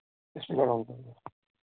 speaker on करबै